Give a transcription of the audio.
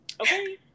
Okay